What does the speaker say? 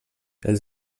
els